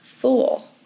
Fool